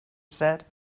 said